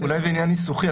אולי זה עניין ניסוחי.